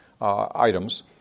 items